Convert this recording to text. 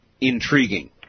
Intriguing